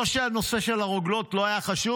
לא שהנושא של הרוגלות לא היה חשוב,